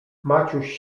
maciuś